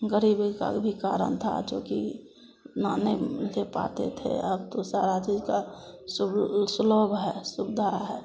गरीबी का भी कारण था जो कि इतना नहीं दे पाते थे अब तो सारा चीज का सुलभ है सुविधा है